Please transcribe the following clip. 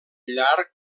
llarg